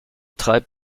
treibt